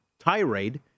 tirade